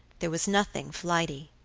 there was nothing flighty.